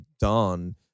done